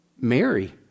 Mary